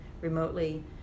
remotely